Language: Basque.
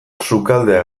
sukaldea